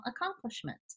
accomplishment